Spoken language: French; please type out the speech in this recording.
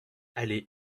allée